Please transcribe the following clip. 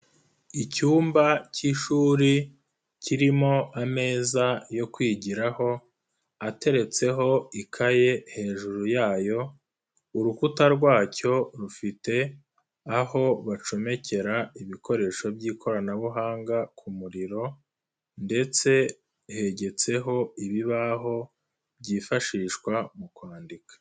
Icyumba cy'ishuri, kirimo ameza yo kwigiraho, ateretseho ikaye hejuru yayo, urukuta rwacyo rufite aho bacomekera ibikoresho by'ikoranabuhanga ku muriro ndetse hegetseho ibibaho, byifashishwa mu kwandika.